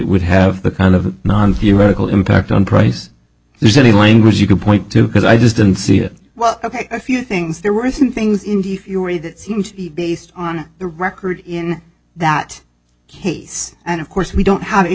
would have the kind of non theoretical impact on price there's any language you could point to because i just didn't see it well ok a few things there were some things in the theory that seemed based on the record in that case and of course we don't have a